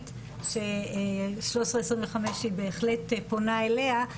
מדינית ש-1325 היא בהחלט פונה אליה.